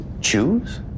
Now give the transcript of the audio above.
choose